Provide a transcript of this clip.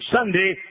Sunday